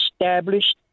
established